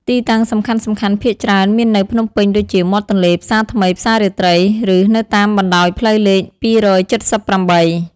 ទីតាំងសំខាន់ៗភាគច្រើនមាននៅ ភ្នំពេញដូចជា មាត់ទន្លេ ផ្សារថ្មី ផ្សាររាត្រី ឬនៅតាមបណ្តោយផ្លូវលេខ ២៧៨ ។